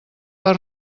per